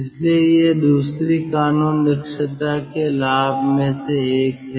इसलिए यह दूसरी कानून दक्षता के लाभ में से एक है